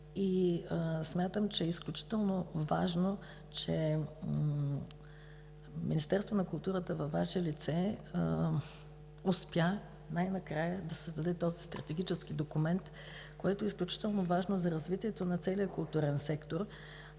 и смятам, че е изключително важно, че Министерството на културата във Ваше лице успя най-накрая да създаде този стратегически документ, което е изключително важно за развитието на целия културен сектор.